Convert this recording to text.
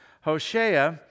Hoshea